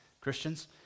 Christians